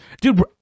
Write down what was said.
Dude